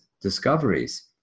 discoveries